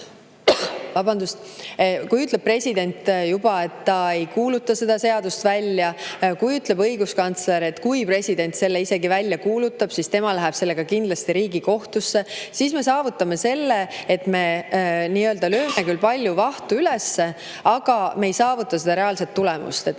sest kui president juba ütleb, et ta ei kuuluta seda seadust välja, kui ütleb õiguskantsler, et isegi kui president selle välja kuulutab, siis tema läheb sellega kindlasti Riigikohtusse, siis me saavutame selle, et me nii-öelda lööme küll palju vahtu üles, aga me ei saavuta reaalset tulemust. Me